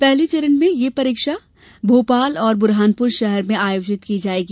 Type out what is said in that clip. पहले चरण में यह परीक्षा भोपाल और बुरहानपुर शहर में आयोजित की जायेगी